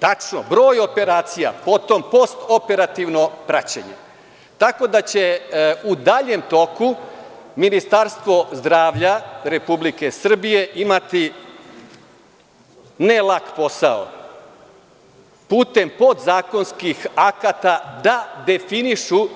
Tačno, broj operacija, potom postoperativno praćenje, tako da će u daljem toku Ministarstvo zdravlja Republike Srbije imati ne lak posao putem podzakonskih akata da definišu